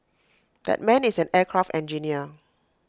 that man is an aircraft engineer